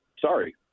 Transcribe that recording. Sorry